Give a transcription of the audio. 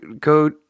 go